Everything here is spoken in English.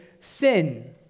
sin